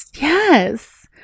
Yes